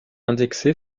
indexé